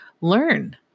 learn